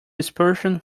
dispersion